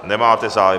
Nemáte zájem.